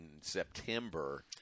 September